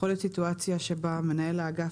יכולה להיות סיטואציה שבה מנהל האגף